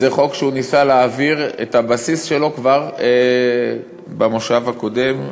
ניסה להעביר את הבסיס של החוק כבר במושב הקודם,